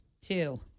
Two